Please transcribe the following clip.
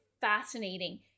fascinating